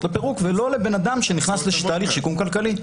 לפירוק ולא לבן אדם שנכנס לתהליך שיקום כלכלי.